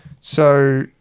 So-